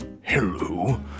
Hello